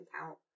count